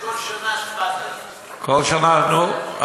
כל שנה 7,000. נו,